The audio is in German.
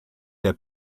der